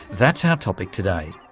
that's our topic today.